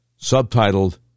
Subtitled